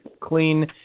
clean